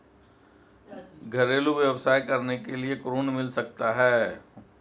घरेलू व्यवसाय करने के लिए ऋण मिल सकता है?